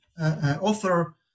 author